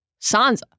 Sansa